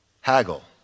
haggle